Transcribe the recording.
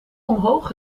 omhoog